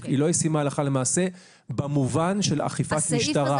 היא לא ישימה הלכה למעשה במובן של אכיפת משטרה.